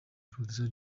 producer